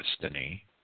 destiny